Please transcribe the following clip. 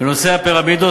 בנושא הפירמידות,